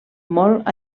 molt